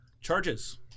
Charges